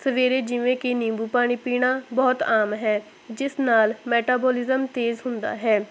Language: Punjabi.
ਸਵੇਰੇ ਜਿਵੇਂ ਕਿ ਨਿੰਬੂ ਪਾਣੀ ਪੀਣਾ ਬਹੁਤ ਆਮ ਹੈ ਜਿਸ ਨਾਲ ਮੈਟਾਬੋਲਿਜ਼ਮ ਤੇਜ਼ ਹੁੰਦਾ ਹੈ